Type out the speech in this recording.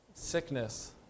sickness